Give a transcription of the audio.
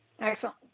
Excellent